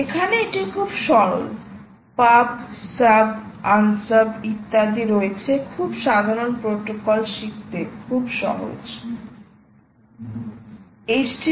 এখানে এটা খুব সরল pub sub unsub ইত্যাদি রয়েছে খুব সাধারণ প্রোটোকল শিখতে খুব সহজ